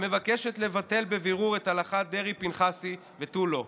המבקשת לבטל בבירור את הלכת דרעי-פנחסי ותו לא.